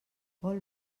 vol